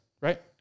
Right